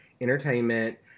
entertainment